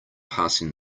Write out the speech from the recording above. passing